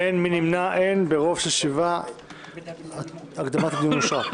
אין נמנעים אין הבקשה להקדמת הדיון התקבלה.